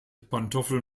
pantoffel